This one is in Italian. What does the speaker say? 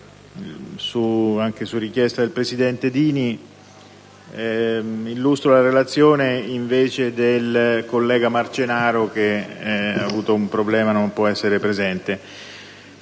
anche su richiesta del presidente Dini, illustro la relazione al posto del collega Marcenaro, che ha avuto un problema e oggi non può essere presente.